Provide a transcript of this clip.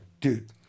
dude